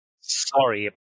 Sorry